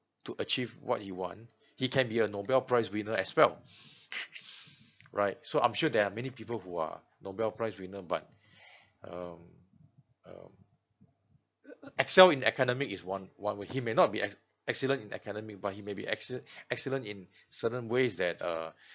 to achieve what he want he can be a nobel prize winner as well right so I'm sure there are many people who are nobel prize winner but um um e~ excel in academic is one one way he may not be as excellent in academy but he may be excelle~ excellent in certain ways that uh